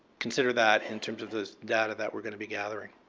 consider that in terms of the data that we're going to be gathering.